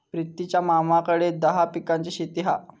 प्रितीच्या मामाकडे दहा पिकांची शेती हा